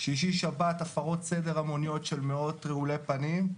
שישי-שבת הפרות סדר המוניות של מאות רעולי פנים.